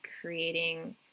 creating